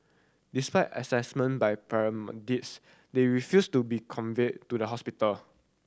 despite assessment by paramedics they refused to be conveyed to the hospital